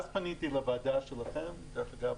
פניתי לוועדה שלכם ודרך אגב,